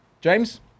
James